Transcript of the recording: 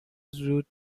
زود